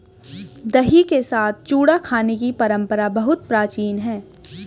दही के साथ चूड़ा खाने की परंपरा बहुत प्राचीन है